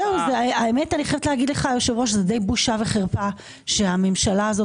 אני חייבת לומר לך היושב ראש שזאת בושה וחרפה שהממשלה הזאת